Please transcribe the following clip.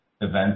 event